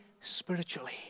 spiritually